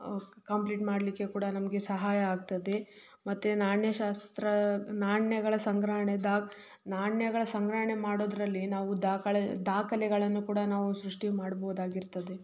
complete ಮಾಡಲಿಕ್ಕೆ ಕೂಡ ನಮಗೆ ಸಹಾಯ ಆಗ್ತದೆ ಮತ್ತು ನಾಣ್ಯಶಾಸ್ತ್ರ ನಾಣ್ಯಗಳ ಸಂಗ್ರಹಣೆ ದಾ ನಾಣ್ಯಗಳ ಸಂಗ್ರಹಣೆ ಮಾಡೋದ್ರಲ್ಲಿ ನಾವು ದಾಖಲೆ ದಾಖಲೆಗಳನ್ನು ಕೂಡ ನಾವು ಸೃಷ್ಟಿ ಮಾಡ್ಬೋದಾಗಿರ್ತದೆ